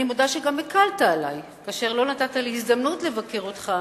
אני מודה שגם הקלת עלי כאשר לא נתת לי הזדמנות לבקר אותך,